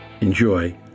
Enjoy